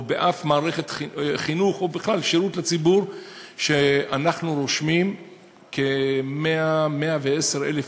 בשום מערכת חינוך או בכלל בשירות לציבור שרושמים כ-110,000 איש,